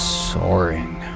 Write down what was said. soaring